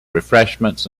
refreshments